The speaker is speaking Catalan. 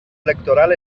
electoral